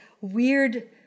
weird